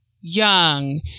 young